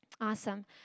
Awesome